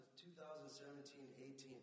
2017-18